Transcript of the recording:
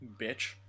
Bitch